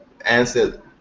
Answer